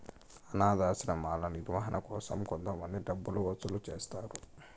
అనాధాశ్రమాల నిర్వహణ కోసం కొంతమంది డబ్బులు వసూలు చేస్తారు